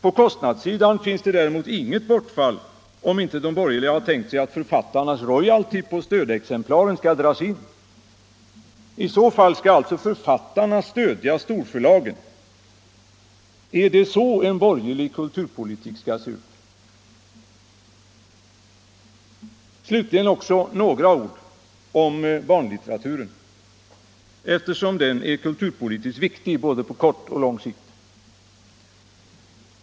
På kostnadssidan finns det däremot inget bortfall, om inte de borgerliga har tänkt sig att författarnas royalty på stödexemplaren skall dras in. I så fall skall alltså författarna stödja storförlagen. Är det så en borgerlig kulturpolitik ser ut? Slutligen också några ord om barnlitteraturen, eftersom den är kulturpolitiskt viktig på både kort och lång sikt.